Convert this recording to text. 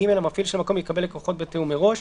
(ג) המפעיל של המקום יקבל לקוחות בתיאום מראש,